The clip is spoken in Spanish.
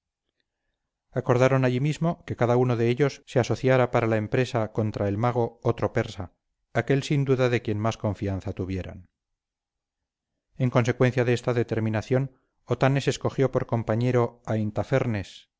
acordaron allí mismo que cada uno de ellos se asociara para la empresa contra al mago otro persa aquel sin duda de quien más confianza tuvieran en consecuencia de esta determinación otanes escogió por compañero a intafernes